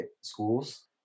schools